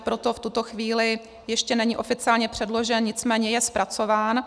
Proto v tuto chvíli ještě není oficiálně předložen, nicméně je zpracován.